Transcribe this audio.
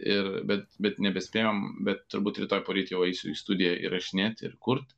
ir bet bet nebespėjom bet turbūt rytoj poryt jau eisiu į studiją įrašinėti ir kurt